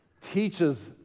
teaches